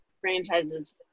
franchises –